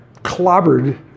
clobbered